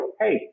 Hey